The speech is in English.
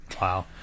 Wow